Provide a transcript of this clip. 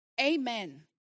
Amen